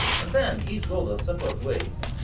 and then each go their separate ways,